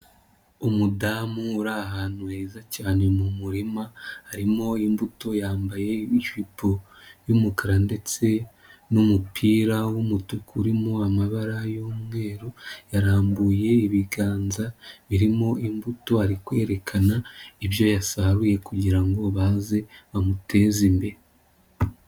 Umudamu uri ahantu heza cyane mu murima, harimo imbuto yambaye ijipo y'umukara ndetse n'umupira w'umutuku urimo amabara y'umweru, yarambuye ibiganza, birimo imbuto ari kwerekana ibyo yasaruye kugira ngo baze bamutezi imbere.